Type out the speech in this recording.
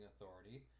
Authority